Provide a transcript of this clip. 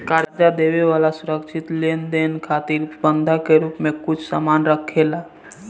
कर्जा देवे वाला सुरक्षित लेनदेन खातिर बंधक के रूप में कुछ सामान राखेला